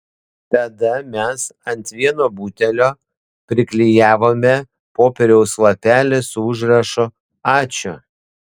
tada mes ant vieno butelio priklijavome popieriaus lapelį su užrašu ačiū